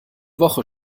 woche